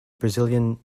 brazilian